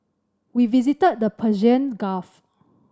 we visited the Persian Gulf